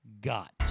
got